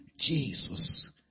Jesus